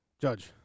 Judge